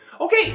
Okay